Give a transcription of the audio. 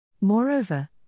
Moreover